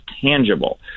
tangible